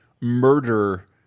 murder